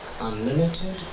unlimited